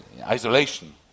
isolation